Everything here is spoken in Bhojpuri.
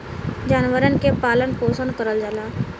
जानवरन के पालन पोसन करल जाला